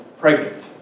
pregnant